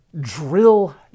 drill